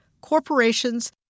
corporations